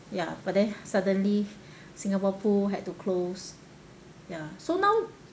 ya but then suddenly singapore pool had to close ya so now